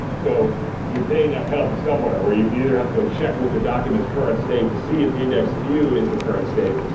so you're paying that penalty somewhere where you either have to go check with the document's current state to see if the indexed view is the current state.